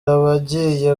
abagiye